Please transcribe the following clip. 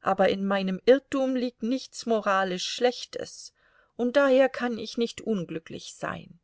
aber in meinem irrtum liegt nichts moralisch schlechtes und daher kann ich nicht unglücklich sein